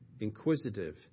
inquisitive